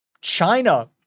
China